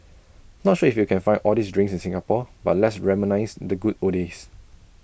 not sure if you can find all these drinks in Singapore but let's reminisce the good old days